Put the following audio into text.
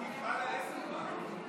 תקרא לה עשר פעמים.